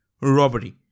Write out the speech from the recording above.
robbery